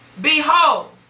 Behold